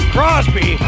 Crosby